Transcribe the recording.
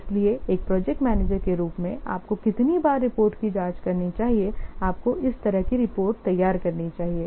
इसलिए एक project manager के रूप में आपको कितनी बार रिपोर्ट की जांच करनी चाहिए आपको इस तरह की रिपोर्ट तैयार करनी चाहिए